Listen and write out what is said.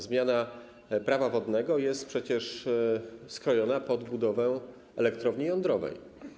Zmiana Prawa wodnego jest przecież skrojona pod budowę elektrowni jądrowej.